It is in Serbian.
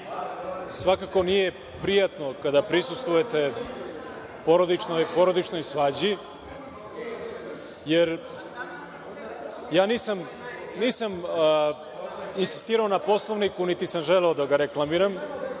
svakako nije prijatno kada prisustvujete porodičnoj svađi, jer ja nisam insistirao na Poslovniku niti sam želeo da ga reklamiram.